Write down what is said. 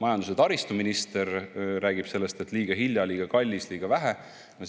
majandus‑ ja taristuminister räägib sellest, et liiga hilja, liiga kallis, liiga vähe,